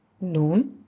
Nun